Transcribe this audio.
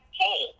hey